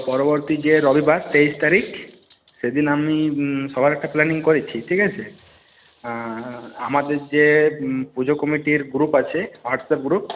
পরবর্তী যে রবিবার তেইশ তারিখ সেদিন আমি সভার একটা প্ল্যানিং করেছি ঠিক আছে আমাদের যে পুজো কমিটির গ্রুপ আছে হোয়াটসঅ্যাপ গ্রুপ